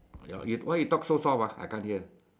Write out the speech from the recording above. ya why you talk so soft ah I can't hear